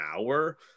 hour